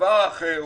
הדבר האחר הוא,